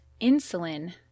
insulin